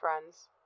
friends